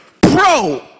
Pro